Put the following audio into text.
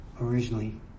originally